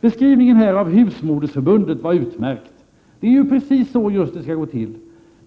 Beskrivningen av Husmodersförbundet var utmärkt. Det är ju precis så det skall gå till.